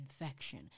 infection